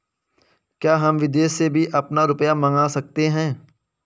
क्या हम विदेश से भी अपना रुपया मंगा सकते हैं?